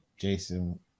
jason